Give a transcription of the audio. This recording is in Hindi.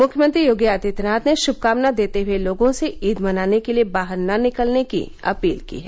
मुख्यमंत्री योगी आदित्यनाथ ने शुभकामना देते हुए लोगों से ईद मनाने के लिए बाहर न निकलने की अपील की है